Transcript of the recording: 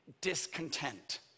discontent